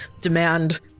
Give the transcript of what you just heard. demand